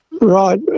Right